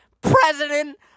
president